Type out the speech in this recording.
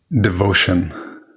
devotion